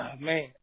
Man